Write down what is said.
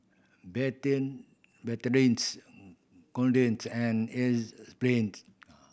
Betadine Betadine's Kordel's and Enzyplex